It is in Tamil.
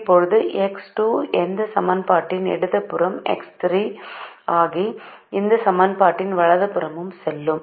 இப்போது எக்ஸ் 2 இந்த சமன்பாட்டின் இடது புறமும் எக்ஸ் 3 0 ஆகி இந்த சமன்பாட்டின் வலது புறமும் செல்லும்